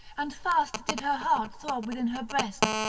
and fast did her heart throb within her breast,